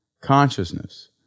Consciousness